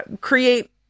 create